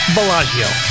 Bellagio